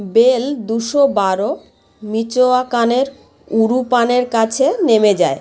bell দুশো বারো মিচোয়াকানের উরুবানের কাছে নেমে যায়